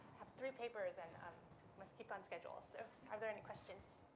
have three papers and um must keep on schedule. so are there any questions